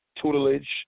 tutelage